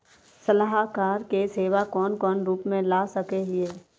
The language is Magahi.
सलाहकार के सेवा कौन कौन रूप में ला सके हिये?